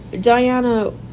Diana